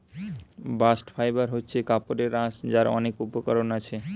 bast fibre হচ্ছে কাপড়ের আঁশ যার অনেক উপকরণ আছে